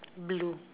blue